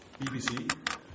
BBC